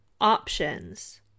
options